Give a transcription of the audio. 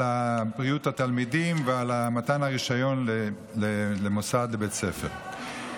על בריאות התלמידים ועל מתן הרישיון למוסד בית ספר.